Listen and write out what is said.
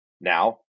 Now-